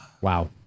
Wow